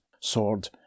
sword